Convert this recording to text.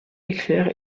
erkläre